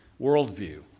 worldview